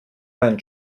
mein